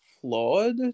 flawed